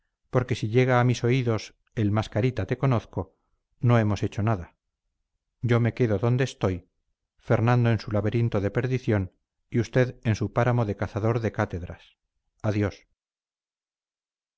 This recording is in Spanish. porque si llega a mis oídos el mascarita te conozco no hemos hecho nada yo me quedo donde estoy fernando en su laberinto de perdición y usted en su páramo de cazador de cátedras adiós